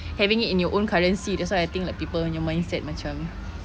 having it in your own currency that's why I think like people nya mindset macam